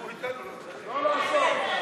דקה.